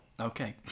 Okay